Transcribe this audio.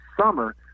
summer